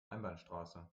einbahnstraße